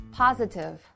positive